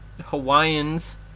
Hawaiians